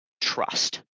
trust